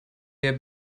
der